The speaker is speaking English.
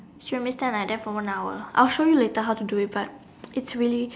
she make me stand like that for one hour I'll show you later how to do it but it's really